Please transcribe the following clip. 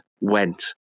went